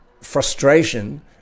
Frustration